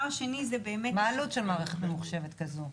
מה העלות של מערכת ממוחשבת כזו?